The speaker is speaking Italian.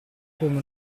come